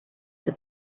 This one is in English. that